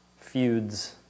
feuds